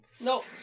No